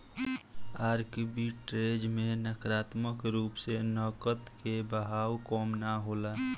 arbitrage में नकारात्मक रूप से नकद के बहाव कम ना होला